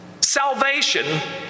Salvation